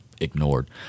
ignored